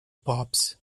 pops